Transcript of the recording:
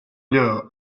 lure